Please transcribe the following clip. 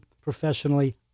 professionally